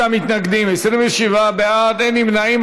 45 מתנגדים, 27 בעד, אין נמנעים.